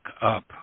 up